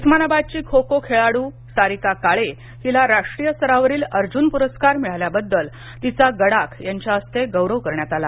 उस्मानाबादची खो खो खेळाडू सारिका काळे हिला राष्ट्रीय स्तरावरील अर्जुन प्रस्कार मिळाल्याबद्दल तिचा गडाख यांच्या हस्ते गौरव करण्यात आला